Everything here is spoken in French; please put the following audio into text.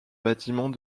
bâtiment